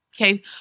Okay